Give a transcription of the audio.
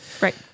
right